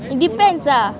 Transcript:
it depends ah